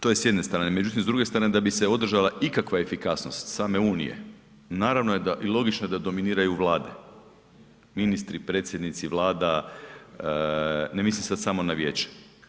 To je s jedne strane, međutim s druge strane da bi se održala ikakva efikasnost same unije, naravno je i logično je da dominiraju vlade, ministri, predsjednici vlada, ne mislim sad samo na vijeće.